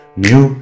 new